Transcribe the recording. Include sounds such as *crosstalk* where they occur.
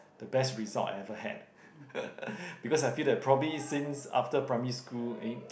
the best result I ever had *laughs* because I feel that probably since after primary school eh *noise*